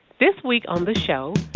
this week on the show,